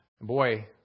Boy